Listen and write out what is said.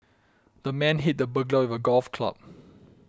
the man hit the burglar with a golf club